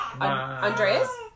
Andreas